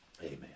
Amen